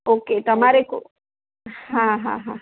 okay તમારે હા હા હા